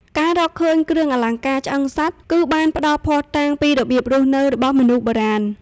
ការរកឃើញគ្រឿងអលង្ការឆ្អឹងសត្វ គឺបានផ្ដល់ភស្តុតាងពីរបៀបរស់នៅរបស់មនុស្សបុរាណ។